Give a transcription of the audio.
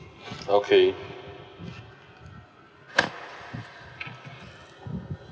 okay